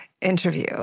interview